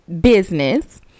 business